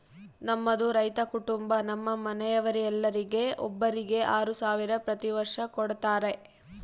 ನಮ್ಮದು ರೈತ ಕುಟುಂಬ ನಮ್ಮ ಮನೆಯವರೆಲ್ಲರಿಗೆ ಒಬ್ಬರಿಗೆ ಆರು ಸಾವಿರ ಪ್ರತಿ ವರ್ಷ ಕೊಡತ್ತಾರೆ